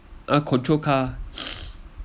a control car